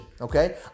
Okay